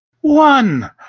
One